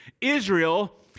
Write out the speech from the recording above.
Israel